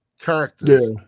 characters